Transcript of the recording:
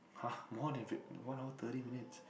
!huh! more than one hour thirty minutes